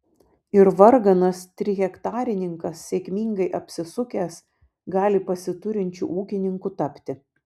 ir varganas trihektarininkas sėkmingai apsisukęs gali pasiturinčiu ūkininku tapti